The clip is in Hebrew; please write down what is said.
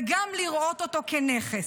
וגם לראות אותו כנכס,